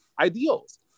ideals